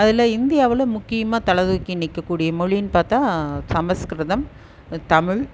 அதில் இந்தியாவில் முக்கியமாக தலை தூக்கி நிற்கக்கூடிய மொழின்னு பார்த்தா சமஸ்கிருதம் தமிழ்